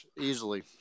easily